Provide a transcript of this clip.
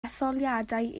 etholiadau